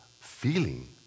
feeling